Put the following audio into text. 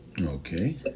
Okay